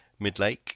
Midlake